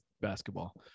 basketball